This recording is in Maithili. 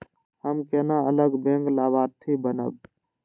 हम केना अलग बैंक लाभार्थी बनब?